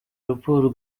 raporo